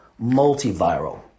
multiviral